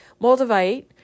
Moldavite